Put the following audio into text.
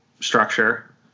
Structure